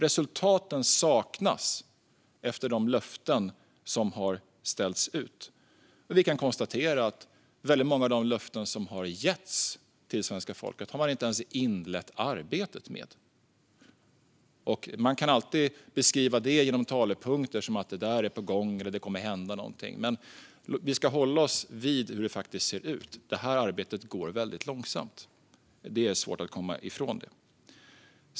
Resultaten saknas efter de löften som har ställts ut. Vi kan konstatera att när det gäller många av de löften som getts till svenska folket har arbetet inte ens inletts. Man kan alltid beskriva det genom talepunkter - att det är på gång eller att det kommer att hända något - men vi ska hålla oss till hur det faktiskt ser ut. Arbetet går väldigt långsamt, och detta är svårt att komma ifrån.